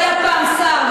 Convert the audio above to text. הוא היה פעם שר,